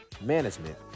management